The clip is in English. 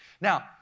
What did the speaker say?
Now